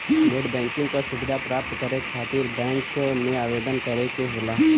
net banking क सुविधा प्राप्त करे खातिर बैंक में आवेदन करे क होला